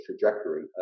trajectory